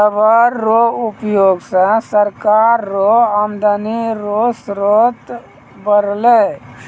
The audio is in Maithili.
रबर रो उयोग से सरकार रो आमदनी रो स्रोत बरलै